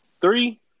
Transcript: three